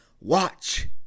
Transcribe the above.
watch